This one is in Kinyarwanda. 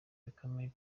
bikomeye